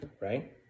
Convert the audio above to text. right